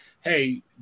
hey